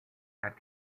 had